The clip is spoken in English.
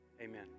amen